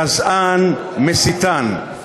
גזען, מסיתן.